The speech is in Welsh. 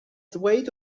ddweud